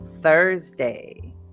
Thursday